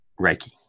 Reiki